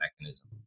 mechanism